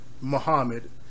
Muhammad